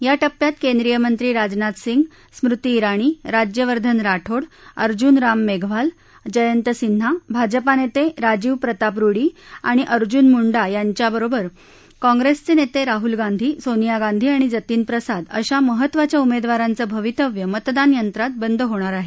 या टप्प्यात केंद्रीय मंत्री राजनाथ सिंग स्मृती ञिणी राज्यवर्धन राठोड अर्जून राम मेघवाल जयंत सिन्हा भाजपा नेते राजीव प्रताप रुडी आणि अर्जुन मुंडा त्याचबरोबर कॉंग्रेस नेते राहूल गांधी सोनिया गांधी आणि जतीन प्रसाद अशा महत्त्वाच्या उमेदवारांच भवितव्य मतदान यंत्रात बंद होणार आहे